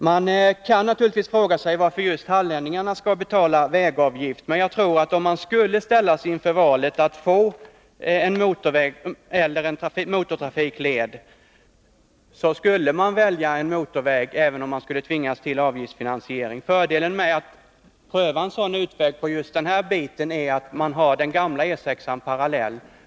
Man kan naturligtvis fråga sig varför just hallänningarna skulle betala vägavgift, men om de ställs inför valet att få en motortrafikled eller en 71 avgiftsfinansierad motorväg tror jag att de skulle välja en motorväg. Fördelen med att pröva en avgiftsfinansiering på den här vägsträckan är att man har den gamla E 6:an parallellt.